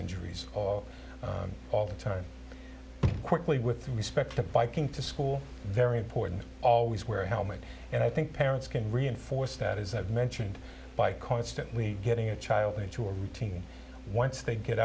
injuries all the time quickly with respect to biking to school very important always wear a helmet and i think parents can reinforce that isn't mentioned by constantly getting a child into a routine once they get